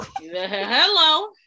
hello